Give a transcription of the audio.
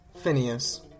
Phineas